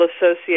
associate